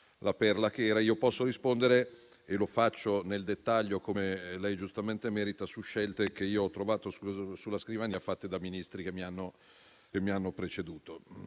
la perla che era. Posso rispondere - e lo faccio nel dettaglio come i senatori interroganti giustamente meritano - su scelte che io ho trovato sulla scrivania, fatte da Ministri che mi hanno preceduto.